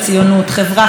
שוחרת שלום,